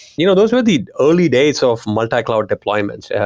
you know those were the only dates of multi-cloud deployments. yeah